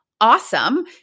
awesome